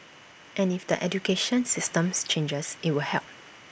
and if the education systems changes IT will help